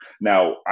Now